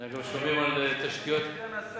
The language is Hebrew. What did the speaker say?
את לא רוצה שישפצו, שישדרגו את המסילה?